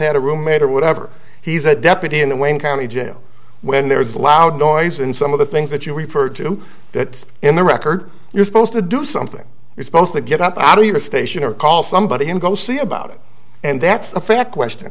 had a roommate or whatever he's a deputy in the wayne county jail when there's a loud noise and some of the things that you referred to that in the record you're supposed to do something you're supposed to get i do your station or call somebody and go see about it and that's the fact question